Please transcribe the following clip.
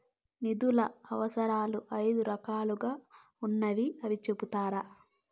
నిధుల వనరులు ఐదు రకాలుగా ఉన్నాయని చెబుతున్నారు